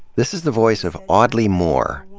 this is the voice of audley moore,